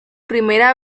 primera